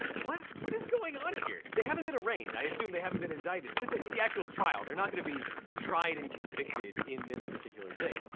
what. what is going on here? they haven't been arraigned. i assume they haven't been indicted. this isn't the actual trial, they're not gonna be tried and convicted in this particular thing.